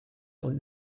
und